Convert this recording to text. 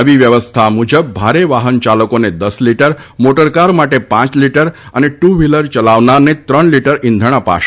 નવી વ્યવસ્થા મુજબ ભારે વાહનચાલકોને દસ લીટર મોટરકાર માટે પાંચ લીટર અને ટુ વ્હીલર ચાલવનારને ત્રણ લીટર ઇંધણ અપાશે